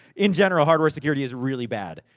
in general, hardware security is really bad.